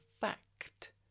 fact